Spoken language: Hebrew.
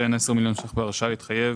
וכן 20 מיליון שקלים בהרשאה להתחייב